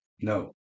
No